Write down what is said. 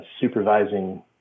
supervising